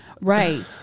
Right